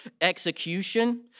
execution